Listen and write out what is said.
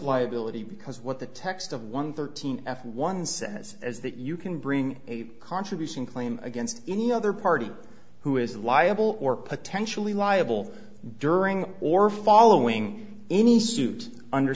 liability because what the text of one thirteen f one says as that you can bring a contribution claim against any other party who is liable or potentially liable during or following any suit under